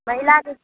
महिलाके